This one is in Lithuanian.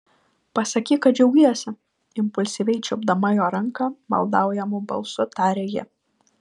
pasakyk kad džiaugiesi impulsyviai čiupdama jo ranką maldaujamu balsu tarė ji